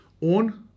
on